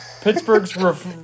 Pittsburgh's